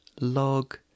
Log